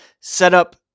setup